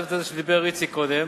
הצוות הזה שדיבר עליו איציק קודם,